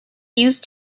used